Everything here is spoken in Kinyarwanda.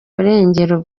burengero